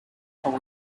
whole